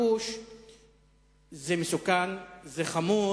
זה מסוכן, זה חמור.